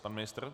Pan ministr?